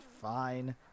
fine